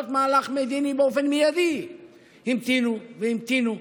מהלך מדיני באופן מיידי המתינו והמתינו,